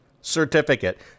certificate